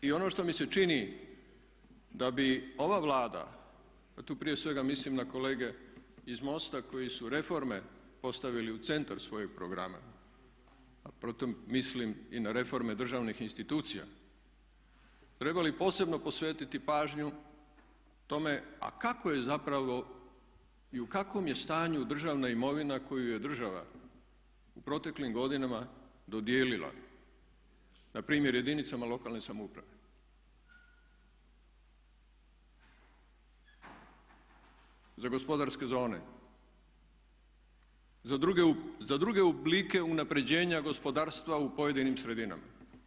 I ono što mi se čini da bi ova Vlada a tu prije svega mislim na kolege iz MOST-a koji su reforme postavili u centar svojih programa a pri tome mislim i na reforme državnih institucija trebali posebno posvetiti pažnju tome a kako je zapravo i u kakvom je stanju državna imovina koju je država u proteklim godinama dodijelila npr. jedinicama lokalne samouprave za gospodarske zone, za druge oblike unapređenja gospodarstva u pojedinim sredinama.